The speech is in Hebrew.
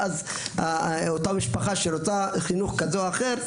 ואז אותה משפחה שרוצה חינוך כזה או אחר,